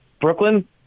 Brooklyn